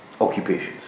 Occupations